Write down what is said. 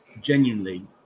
genuinely